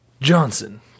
Johnson